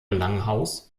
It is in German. langhaus